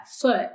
foot